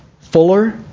Fuller